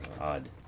odd